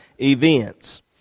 events